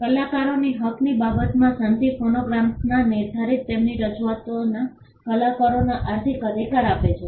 કલાકારોના હકની બાબતમાં સંધિ ફોનોગ્રામ્સમાં નિર્ધારિત તેમની રજૂઆતોમાં કલાકારોને આર્થિક અધિકાર આપે છે